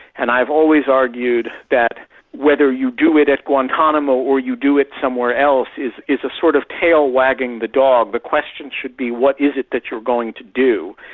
and i've always argued that whether you do it at guantanamo or you do it somewhere else is is a sort of tail wagging the dog. the question should be what is it that you're going to do?